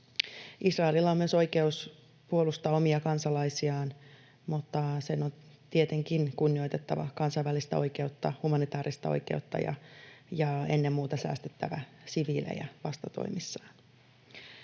Israelilla on myös oikeus puolustaa omia kansalaisiaan, mutta sen on tietenkin kunnioitettava kansainvälistä oikeutta, humanitaarista oikeutta, ja ennen muuta säästettävä siviilejä vastatoimissaan.